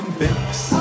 bips